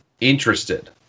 interested